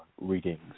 readings